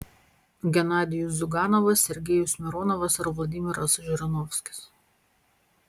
genadijus ziuganovas sergejus mironovas ir vladimiras žirinovskis